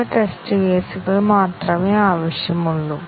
ഒരു ലളിതമായ ഉദാഹരണം b printf എന്തെങ്കിലും വലുതാണെങ്കിൽ